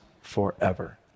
forever